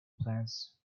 plants